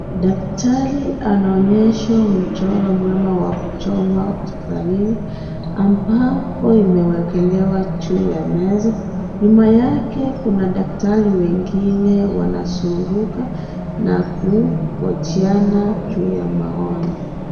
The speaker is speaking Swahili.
Daktari anaonyeshwa mchoro mwema wa kuchoma hospitalini ambapo imewekelewa juu ya meza. Nyuma yake kuna daktari wengine wanazunguka na kuhojiana juu ya magonjwa.